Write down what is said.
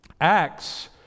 acts